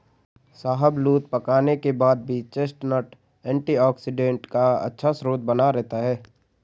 शाहबलूत पकाने के बाद भी चेस्टनट एंटीऑक्सीडेंट का अच्छा स्रोत बना रहता है